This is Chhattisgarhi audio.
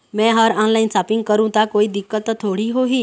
मैं हर ऑनलाइन शॉपिंग करू ता कोई दिक्कत त थोड़ी होही?